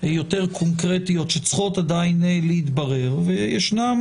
יותר קונקרטיות שצריכות עדיין להתברר וישנן